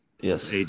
yes